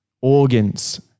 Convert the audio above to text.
organs